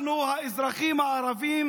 אנחנו האזרחים הערבים